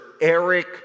Eric